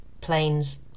planes